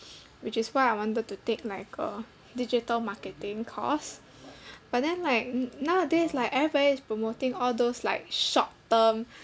which is why I wanted to take like a digital marketing course but then like nowadays like everybody is promoting all those like short term